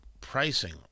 pricing